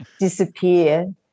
disappear